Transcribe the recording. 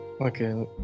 Okay